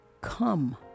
Come